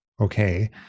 Okay